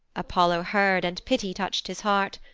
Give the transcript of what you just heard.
apollo heard, and pity touch'd his heart,